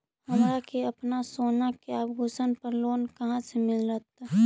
हमरा के अपना सोना के आभूषण पर लोन कहाँ से मिलत?